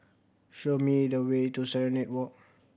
show me the way to Serenade Walk